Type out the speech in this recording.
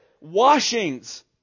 washings